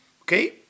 Okay